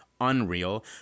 unreal